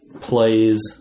plays